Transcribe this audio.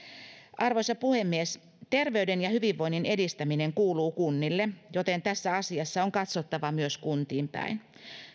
arvoisa puhemies terveyden ja hyvinvoinnin edistäminen kuuluu kunnille joten tässä asiassa on katsottava myös kuntiin päin